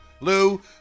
Lou